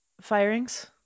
firings